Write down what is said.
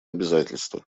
обязательство